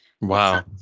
Wow